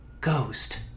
Ghost